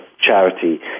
charity